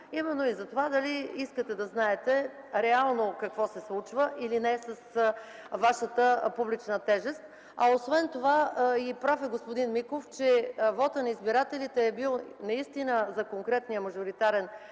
избор затова дали искате да знаете реално какво се случва или не с вашата публична тежест. Прав е господин Миков, че вотът на избирателите е бил наистина за конкретния мажоритарен